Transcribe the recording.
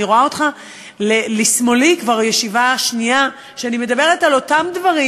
אני רואה אותך לשמאלי כבר ישיבה שנייה שאני מדברת על אותם דברים,